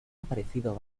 aparecido